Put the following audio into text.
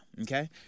Okay